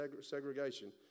segregation